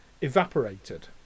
evaporated